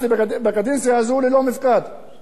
בפריימריס האחרונים,